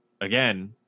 again